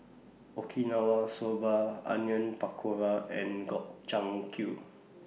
Okinawa Soba Onion Pakora and Gobchang Q